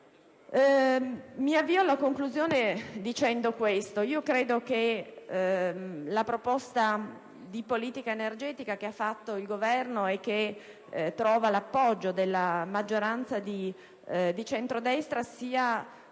Mi avvio alla conclusione sottolineando che la proposta di politica energetica che ha fatto il Governo, e che trova l'appoggio della maggioranza di centrodestra,